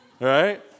Right